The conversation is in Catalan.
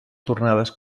tornades